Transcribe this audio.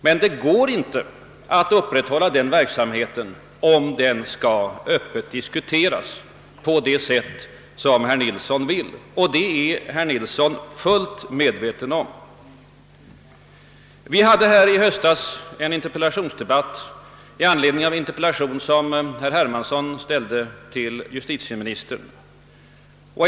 Men den går inte att upprätthålla, om den skall öppet diskuteras på det sätt som herr Nilsson vill — och det är herr Nilsson fullt medveten om. Vi hade här i höstas en debatt i anledning av en interpellation som herr Hermansson framställt till justitieministern.